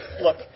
Look